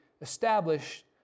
established